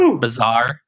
bizarre